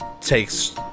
takes